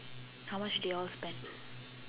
how much did you all spend